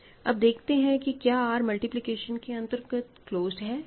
अब देखते हैं कि क्या R मल्टीप्लिकेशन के अंतर्गत क्लोज्ड है या नहीं